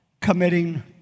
committing